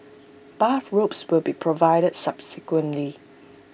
bathrobes will be provided subsequently